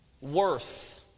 worth